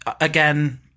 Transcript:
Again